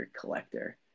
collector